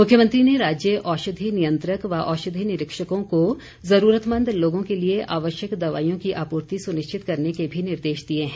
मुख्यमंत्री ने राज्य औषधि नियंत्रक व औषधि निरीक्षकों को जरूरतमंद लोगों के लिए आवश्यक दवाईयों की आपूर्ति सुनिश्चित करने के भी निर्देश दिए हैं